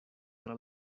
tra